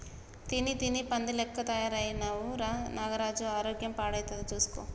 తిని తిని పంది లెక్క తయారైతున్నవ్ రా నాగరాజు ఆరోగ్యం పాడైతది చూస్కో